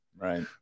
right